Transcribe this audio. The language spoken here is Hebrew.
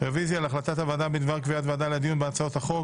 רוויזיה על החלטת הוועדה בדבר קביעת ועדה לדיון בהצעות החוק.